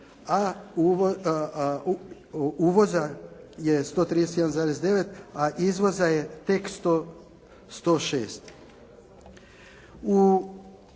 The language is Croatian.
a uvoza je 131,9 a izvoza je tek 106. U